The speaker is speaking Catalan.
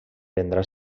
prendrà